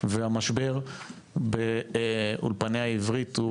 והמשבר באולפני העברית,